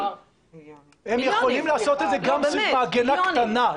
הם יכולים לעשות את זה גם במעגנה קטנה.